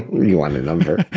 you want a number.